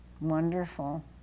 Wonderful